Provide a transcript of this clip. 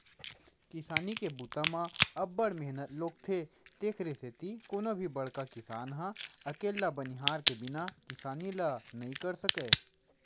किसानी के बूता म अब्ब्ड़ मेहनत लोगथे तेकरे सेती कोनो भी बड़का किसान ह अकेल्ला बनिहार के बिना किसानी ल नइ कर सकय